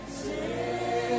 say